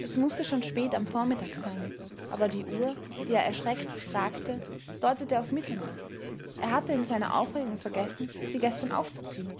es mußte schon spät am vormittag sein aber die uhr die er erschreckt befragte deutete auf mitternacht er hatte in seiner aufregung vergessen sie gestern aufzuziehen